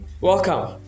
welcome